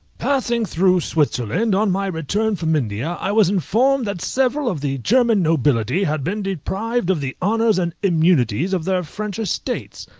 passing through switzerland on my return from india, i was informed that several of the german nobility had been deprived of the honours and immunities of their french estates.